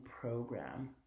program